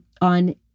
on